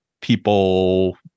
people